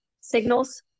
signals